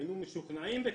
היינו משוכנעים בכך.